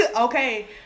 Okay